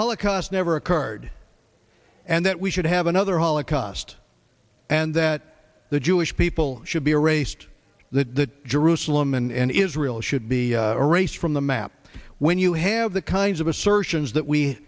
holocaust never occurred and that we should have another holocaust and that the jewish people should be erased the jerusalem and israel should be a race from the map when you have the kinds of assertions that we